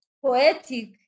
poetic